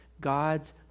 God's